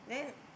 then